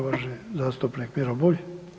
Uvaženi zastupnik Miro Bulj.